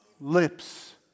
lips